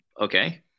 Okay